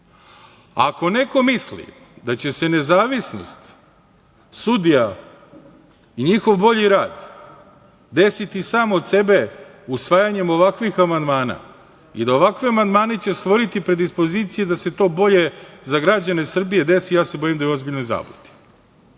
Ako neko misli da će se nezavisnost sudija i njihov bolji rad desiti sam od sebe usvajanjem ovakvih amandmana i da će ovakvi amandmani stvoriti predispozicije da se to bolje za građane Srbije desi, ja se bojim da je u ozbiljnoj zabludi. Ja